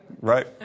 Right